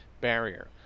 barrier